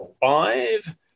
five